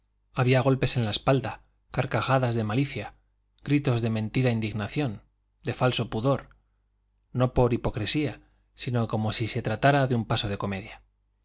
había golpes en la espalda carcajadas de malicia gritos de mentida indignación de falso pudor no por hipocresía sino como si se tratara de un paso de comedia